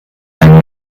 einem